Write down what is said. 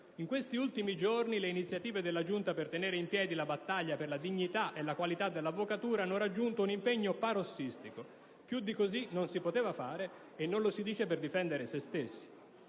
«In questi ultimi giorni le iniziative della giunta per tenere in piedi la battaglia per la dignità e la qualità dell'avvocatura hanno raggiunto un impegno parossistico. Più di così non si poteva fare, e non lo si dice per difendere se stessi.